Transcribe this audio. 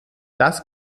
das